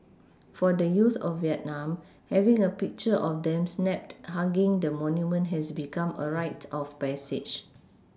for the youth of Vietnam having a picture of them snapped hugging the monument has become a rite of passage